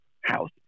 house